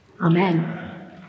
Amen